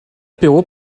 perrot